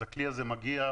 אז הכלי הזה מגיע,